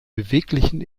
beweglichen